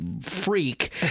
freak